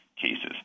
cases